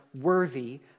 worthy